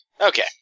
Okay